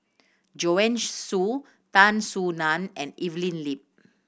Joanne Soo Tan Soo Nan and Evelyn Lip